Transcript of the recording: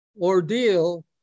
ordeal